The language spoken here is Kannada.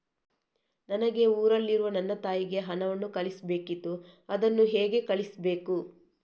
ನನಗೆ ಊರಲ್ಲಿರುವ ನನ್ನ ತಾಯಿಗೆ ಹಣವನ್ನು ಕಳಿಸ್ಬೇಕಿತ್ತು, ಅದನ್ನು ಹೇಗೆ ಕಳಿಸ್ಬೇಕು?